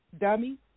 Dummy